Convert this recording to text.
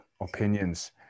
opinions